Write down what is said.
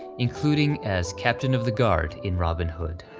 including as captain of the guard in robin hood.